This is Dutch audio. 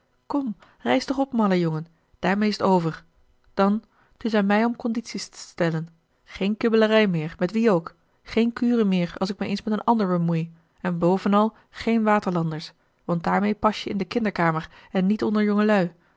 kom rijs toch op malle jongen daarmeê is t over dan t is aan mij om condities te stellen geen kibbelarij meer met wie ook geen kuren meer als ik mij eens met een ander bemoei en bovenal geen waterlanders want daarmeê pas je in de kinderkamer en niet onder jongelui